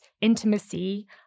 intimacy